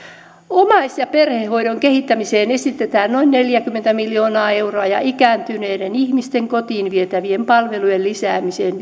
omais ja perhehoidon kehittämiseen esitetään noin neljäkymmentä miljoonaa euroa ja ikääntyneiden ihmisten kotiin vietävien palvelujen lisäämiseen